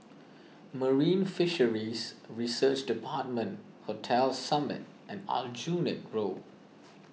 Marine Fisheries Research Department Hotel Summit and Aljunied Road